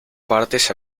partes